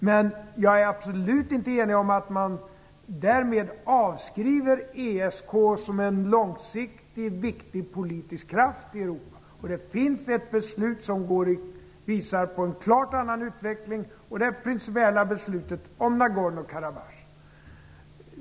Men jag är absolut inte enig om att man därmed avskriver ESK som en långsiktig viktig kraft i Europa. Det finns ett beslut som klart visar på en annan utveckling, nämligen det principiella beslutet om Nagorno-Karabach.